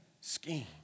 scheme